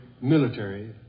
military